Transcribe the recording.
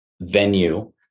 venue